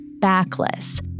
backless